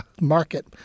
market